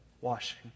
washing